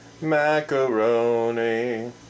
macaroni